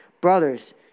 Brothers